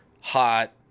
hot